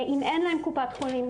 אם אין להם קופת חולים,